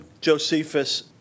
Josephus